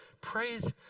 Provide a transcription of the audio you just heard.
Praise